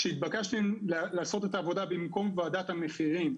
כשהתבקשתם לעשות את העבודה במקום וועדת המחירים.